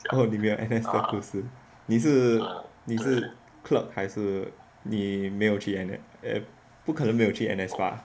哦你没有 N_S 的故事你是你是 clerk 还是你没有去 N_S 不可能没有去 N_S 吧